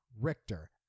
Richter